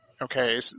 okay